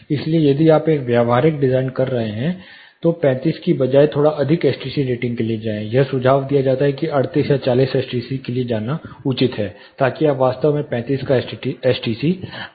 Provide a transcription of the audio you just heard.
इसलिए यदि आप एक व्यावहारिक डिजाइन कर रहे हैं तो 35 की बजाय थोड़ा अधिक एसटीसी रेटिंग के लिए जाएं यह सुझाव दिया जाता है कि 38 या 40 एसटीसी के लिए जाना उचित है ताकि आप वास्तव में 35 का एसटीसी प्राप्त कर सकें